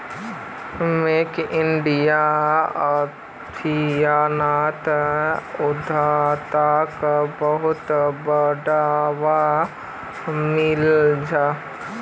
make in India अभियानोत उद्यमिताक बहुत बढ़ावा मिल छ